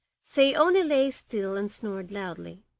so he only lay still and snored loudly.